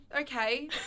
okay